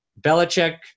Belichick